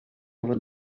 over